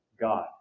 God